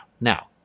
Now